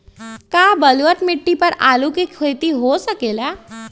का बलूअट मिट्टी पर आलू के खेती हो सकेला?